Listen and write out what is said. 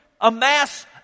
Amass